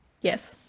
Yes